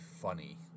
funny